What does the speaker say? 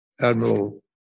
Admiral